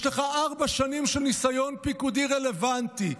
יש לך ארבע שנים של ניסיון פיקודי רלוונטי.